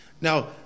Now